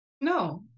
No